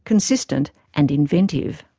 consistent and inventive.